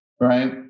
right